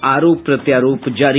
आरोप प्रत्यारोप जारी